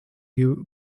give